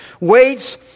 waits